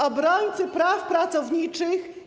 Obrońcy praw pracowniczych.